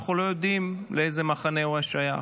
ואנחנו לא יודעים לאיזה מחנה הוא היה שייך,